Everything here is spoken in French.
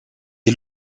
est